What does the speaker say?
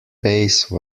base